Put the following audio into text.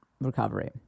recovery